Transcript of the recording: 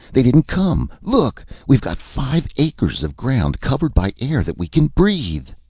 they didn't come! look! we've got five acres of ground, covered by air that we can breathe!